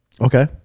Okay